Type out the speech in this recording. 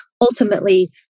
ultimately